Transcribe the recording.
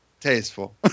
tasteful